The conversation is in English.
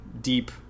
deep